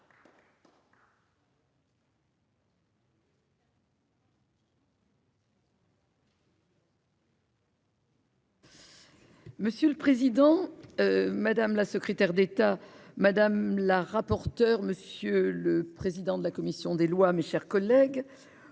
Monsieur le président. Madame la secrétaire d'État madame la rapporteure. Monsieur le président de la commission des lois, mes chers collègues